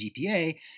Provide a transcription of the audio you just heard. GPA